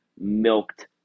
milked